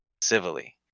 civilly